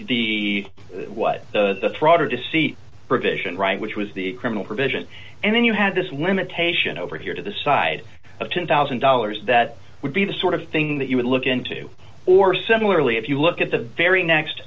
the what the fraud or deceit provision right which was the criminal provision and then you have this limitation over here to the side of ten thousand dollars that would be the sort of thing that you would look into or similarly if you look at the very next